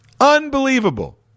Unbelievable